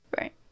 Right